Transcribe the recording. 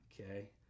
Okay